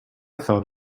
thought